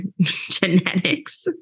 genetics